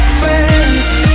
friends